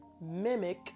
mimic